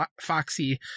Foxy